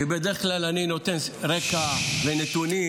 כי בדרך כלל אני נותן רקע ונתונים,